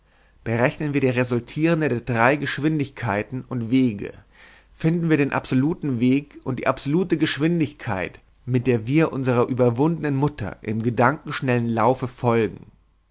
berechnen wir die resultierende der drei geschwindigkeiten und wege finden wir den absoluten weg und die absolute geschwindigkeit mit der wir unserer überwundenen mutter im gedankenschnellen laufe folgen